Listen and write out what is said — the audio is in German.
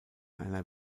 einer